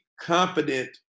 confident